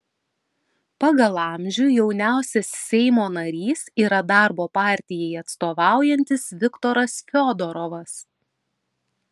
pagal amžių jauniausias seimo narys yra darbo partijai atstovaujantis viktoras fiodorovas